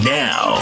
now